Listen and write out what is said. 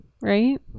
right